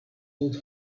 old